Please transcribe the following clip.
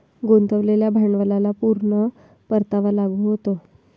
गुंतवलेल्या भांडवलाला पूर्ण परतावा लागू होतो